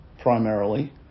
primarily